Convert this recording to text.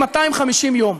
250 יום,